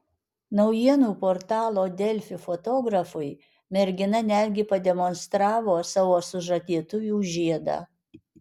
naujienų portalo delfi fotografui mergina netgi pademonstravo savo sužadėtuvių žiedą